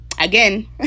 Again